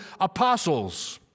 apostles